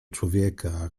człowieka